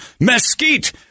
mesquite